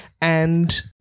And-